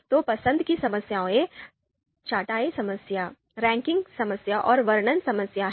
तो पसंद की समस्याएं छँटाई समस्या रैंकिंग समस्या और वर्णन समस्या हैं